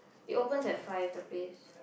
it opens at five the place